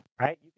right